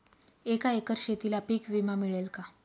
एका एकर शेतीला पीक विमा मिळेल का?